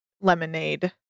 Lemonade